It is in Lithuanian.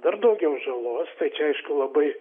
dar daugiau žalos tai čia aišku labai